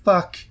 Fuck